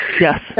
Yes